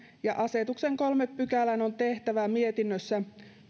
ja että asetuksen kolmanteen pykälään on tehtävä mietinnössä